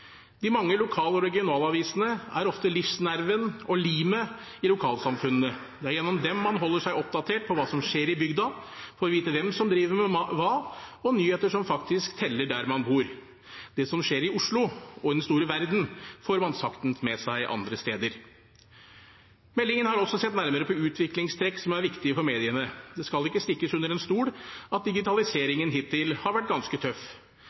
regionalavisene er ofte livsnerven og limet i lokalsamfunnene. Det er gjennom dem man holder seg oppdatert om hva som skjer i bygda, får vite hvem som driver med hva – nyheter som faktisk teller der man bor. Det som skjer i Oslo og i den store verden, får man saktens med seg andre steder. Meldingen har også sett nærmere på utviklingstrekk som er viktige for mediene. Det skal ikke stikkes under stol at digitaliseringen hittil har vært ganske tøff.